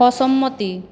অসম্মতি